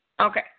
Okay